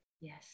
Yes